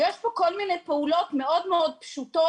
ויש פה כל מיני פעולות מאוד מאוד פשוטות,